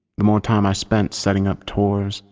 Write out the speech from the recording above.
the more time i spent setting up tors,